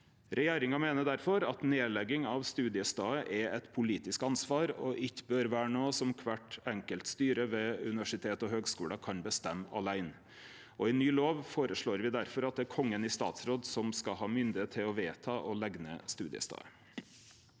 Regjeringa meiner difor at nedlegging av studiestader er eit politisk ansvar og ikkje bør vere noko kvart enkelt styre ved universitet og høgskular kan bestemme åleine. I ny lov føreslår me difor at det er Kongen i statsråd som skal ha myndigheit til å vedta å leggje ned studiestader.